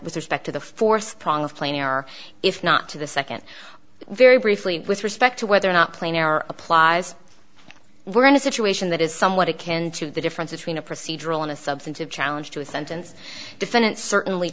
with respect to the fourth prong of plane are if not to the second very briefly with respect to whether or not playing our applies we're in a situation that is somewhat akin to the difference between a procedural and a substantive challenge to a sentence defendant certainly